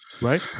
Right